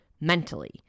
mentally